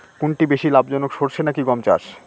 কোনটি বেশি লাভজনক সরষে নাকি গম চাষ?